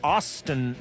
Austin